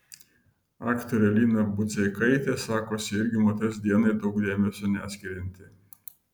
aktorė lina budzeikaitė sakosi irgi moters dienai daug dėmesio neskirianti